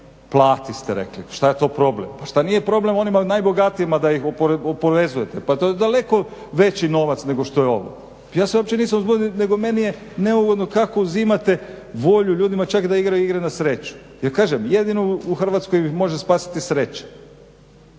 plati ste rekli. Šta je to problem? Pa šta nije problem onima najbogatijima da ih oporezujete? Pa to je daleko veći novac nego što je ovo. Ja se uopće nisam uzbudio, nego meni je neugodno kako uzimate volju ljudima čak da igraju igre na sreću. Jer kažem jedino u Hrvatskoj ih može spasiti sreća,